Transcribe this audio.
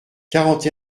quarante